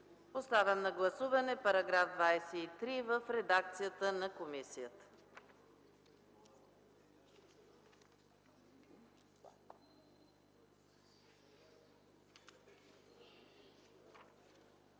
Поставям на гласуване § 23 в редакцията на комисията.